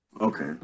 Okay